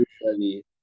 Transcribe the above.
usually